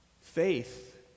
Faith